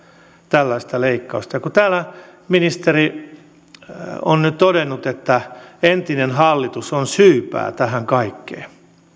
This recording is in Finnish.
tällaista leikkausta kun täällä ministeri on nyt todennut että entinen hallitus on syypää tähän kaikkeen